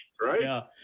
right